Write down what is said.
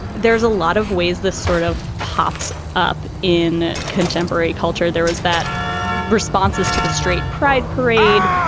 there's a lot of ways this sort of pops up in contemporary culture. there was that responses to the straight pride parade.